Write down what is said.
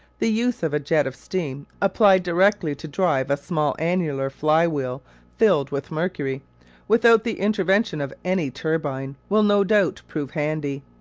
the use of a jet of steam, applied directly to drive a small annular fly-wheel filled with mercury without the intervention of any turbine will no doubt prove handy.